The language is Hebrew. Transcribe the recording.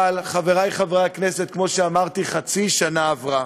אבל, חברי חברי הכנסת, כמו שאמרתי, חצי שנה עברה,